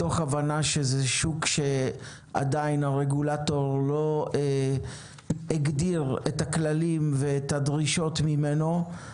מתוך הבנה שזה שוק שעדין הרגולטור לא הגדיר את הכללים ואת הדרישות ממנו.